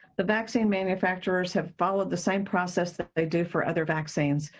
the vaccine manufacturers have followed the same process that they do for other vaccines.